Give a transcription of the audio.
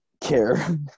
care